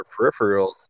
peripherals